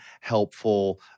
helpful